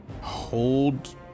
hold